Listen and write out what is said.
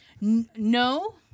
No